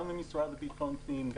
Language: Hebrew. גם למשרד לביטחון פנים,